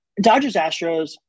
Dodgers-Astros